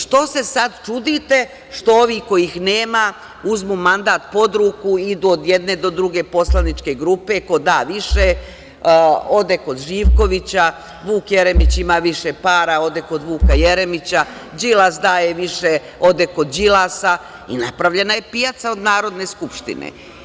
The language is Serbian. Što se sad čudite što ovih kojih nema uzmu mandat pod ruku i idu od jedne do druge poslaničke grupe, ko da više, ode kod Živkovića, Vuk Jeremić ima više para ode kod Vuka Jeremića, Đilas daje više, ode kod Đilasa, i napravljena je pijaca od Narodne skupštine.